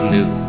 New